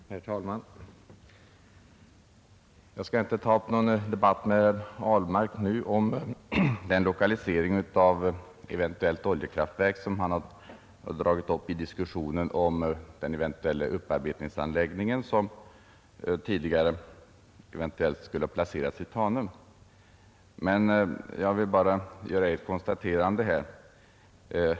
Herr talman! Jag skall inte nu ta upp någon debatt med herr Ahlmark om den lokalisering av ett eventuellt oljekraftverk som han har dragit in i diskussionen om den eventuella upparbetningsanläggning som tidigare skulle placeras i Tanum. Det är bara ett konstaterande jag vill göra.